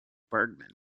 bergman